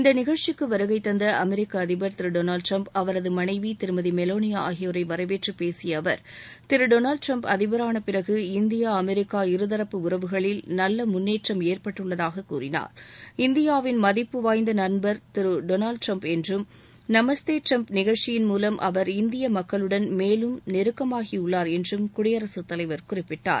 இந்த நிகழ்ச்சிக்கு வருகை தந்த அமெரிக்க அதிபர் திரு டொனால்டு டிரம்ப் அவரது மனைவி திருமதி மெலேனியா ஆகியோரை வரவேற்று பேசிய அவர் திரு டொனால்டு டிரம்ப் அதிபரான பிறகு இந்தியா இந்தியாவின் மதிப்பு வாய்ந்த நண்பர் திரு டொனால்டு டிரம்ப் என்றும் நமஸ்தே டிரம்ப் நிகழ்ச்சியின் மூலம் அவர் இந்திய மக்களுடன் மேலும் நெருக்கமாகியுள்ளார் என்றும் குடியரசுத் தலைவர் குறிப்பிட்டார்